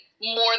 more